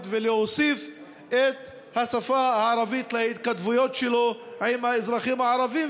ולהוסיף את השפה הערבית להתכתבויות שלו עם האזרחים הערבים,